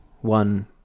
one